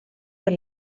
per